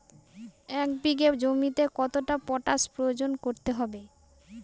এক বিঘে জমিতে কতটা পটাশ প্রয়োগ করতে হবে?